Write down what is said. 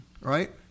right